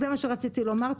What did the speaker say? זה מה שרציתי לומר.